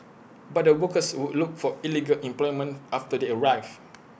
but the workers would look for illegal employment after they arrive